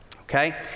okay